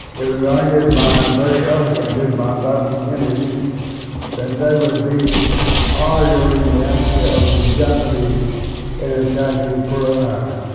it was argued by, very eloquently, by bobby kennedy um that that would be our doing the act of the japanese in attacking pearl harbor.